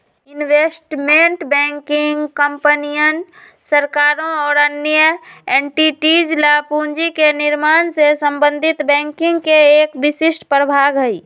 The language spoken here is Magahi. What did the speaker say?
इन्वेस्टमेंट बैंकिंग कंपनियन, सरकारों और अन्य एंटिटीज ला पूंजी के निर्माण से संबंधित बैंकिंग के एक विशिष्ट प्रभाग हई